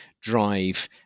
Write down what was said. drive